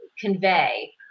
convey